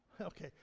okay